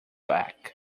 back